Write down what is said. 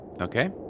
Okay